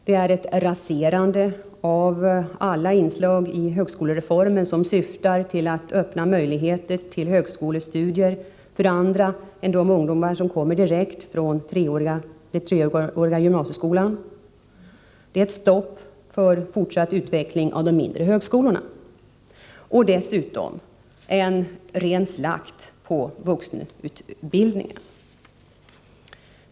Det är ett raserande av alla inslag i högskolereformen som syftar till att öppna möjligheter till högskolestudier för andra än de ungdomar som kommer direkt från den treåriga gymnasieskolan. Det är stopp för fortsatt utveckling av de mindre högskolorna. Det är dessutom en ren slakt på vuxenutbildningen.